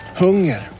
hunger